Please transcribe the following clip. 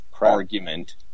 argument